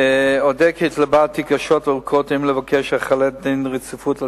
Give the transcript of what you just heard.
אודה כי התלבטתי קשות וארוכות אם לבקש החלת דין רציפות על